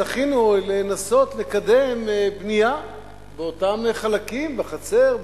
זכינו לנסות לקדם בנייה באותם חלקים בחצר,